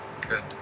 Good